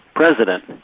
president